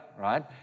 right